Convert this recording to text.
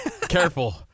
careful